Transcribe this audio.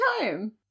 time